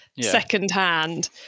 secondhand